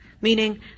Meaning